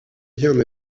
bien